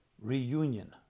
reunion